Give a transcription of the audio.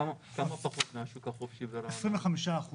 כמה --- 25%,